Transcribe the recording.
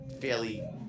fairly